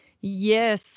Yes